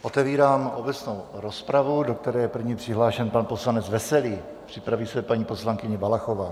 Otevírám obecnou rozpravu, do které je první přihlášen pan poslanec Veselý, připraví se paní poslankyně Valachová.